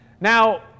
Now